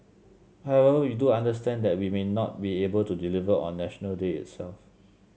however we do understand that we may not be able to deliver on National Day itself